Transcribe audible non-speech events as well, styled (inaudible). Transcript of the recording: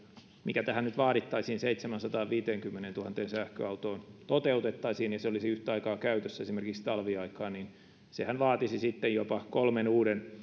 mikä nyt tähän seitsemäänsataanviiteenkymmeneentuhanteen sähköautoon vaadittaisiin toteutettaisiin ja se olisi yhtä aikaa käytössä esimerkiksi talviaikaan niin sehän vaatisi sitten jopa kolmen uuden (unintelligible)